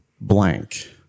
blank